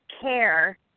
care